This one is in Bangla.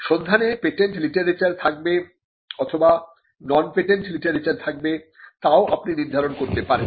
সন্ধানে পেটেন্ট লিটারেচার থাকবে অথবা নন পেটেন্ট লিটারেচার থাকবে তাও আপনি নির্ধারণ করতে পারেন